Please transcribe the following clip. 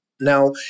Now